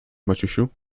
maciusiu